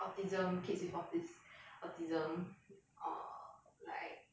autism kids with autis~ uh like